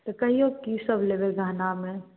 तऽ कहिऔ की सब लेबै गहनामे